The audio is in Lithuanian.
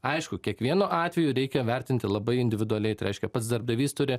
aišku kiekvienu atveju reikia vertinti labai individualiai reiškia pats darbdavys turi